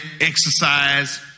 exercise